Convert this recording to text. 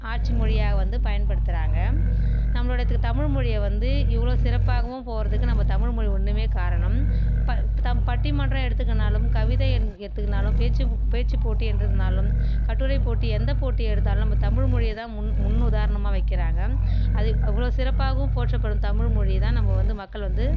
ஆட்சி மொழியாக வந்து பயன்படுத்துகிறாங்க நம்மளோடதுக்கு தமிழ் மொழியை வந்து இவ்வளோ சிறப்பாகவும் போகறதுக்கு நம்ம தமிழ் மொழி ஒன்றுமே காரணம் த பட்டிமன்றம் எடுத்துக்கினாலும் கவிதை எடுத்துக்கினாலும் பேச்சு பேச்சு போட்டி என்றிருந்தாலும் கட்டுரை போட்டி எந்த போட்டி எடுத்தாலும் நம்ம தமிழ் மொழியை தான் முன் முன்னுதாரணமாக வைக்கிறாங்க அது அவ்வளோ சிறப்பாகவும் போற்றப்படும் தமிழ் மொழியை தான் நம்ம வந்து மக்கள் வந்து